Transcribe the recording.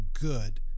good